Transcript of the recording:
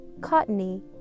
cottony